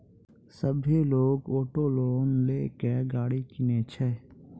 सभ्भे लोगै auto loan लेय के गाड़ी किनै छै